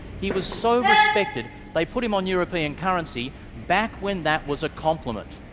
he was so respected, they put him on european currency back when that was a compliment.